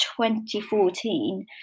2014